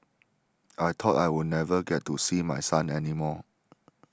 I thought I would never get to see my son any more